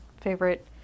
favorite